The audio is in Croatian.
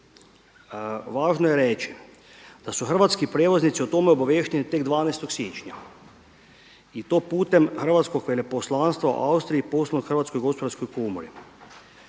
Važno je reći da su hrvatski prijevoznici o tome obaviješteni tek 12. siječnja i to putem hrvatskog veleposlanstva u Austriji poslan Hrvatskoj gospodarskoj komori.